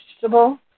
vegetable